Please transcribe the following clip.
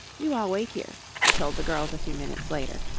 you all wait here, he told the girls a few minutes later,